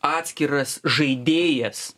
atskiras žaidėjas